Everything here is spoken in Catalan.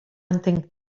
entenc